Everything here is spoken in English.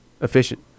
efficient